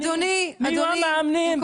מי יהיו המאמנים,